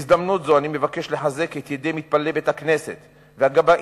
בהזדמנות זו אני מבקש לחזק את ידי מתפללי בית-הכנסת והגבאים,